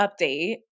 update